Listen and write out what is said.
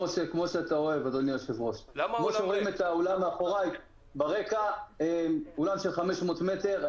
ברקע מאחוריי ניתן לראות אולם של 500 מטר.